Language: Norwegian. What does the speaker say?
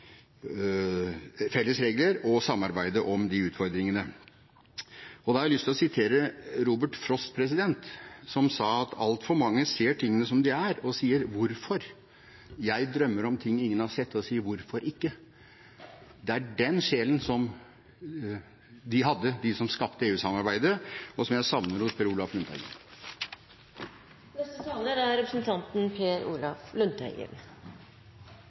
felles regler og samarbeide om de utfordringene. Jeg har lyst til å si som Robert Frost: Altfor mange ser tingene som de er, og sier: Hvorfor? Jeg drømmer om ting ingen har sett, og sier: Hvorfor ikke? Det er den sjelen de hadde, de som skapte EU-samarbeidet, og som jeg savner hos Per Olaf Lundteigen. Det er viktig å ha drømmer – det er viktig å ha drømmer om et bedre liv. Men når representanten